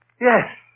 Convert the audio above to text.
Yes